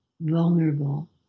vulnerable